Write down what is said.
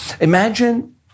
Imagine